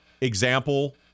example